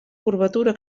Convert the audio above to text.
curvatura